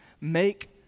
make